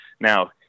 Now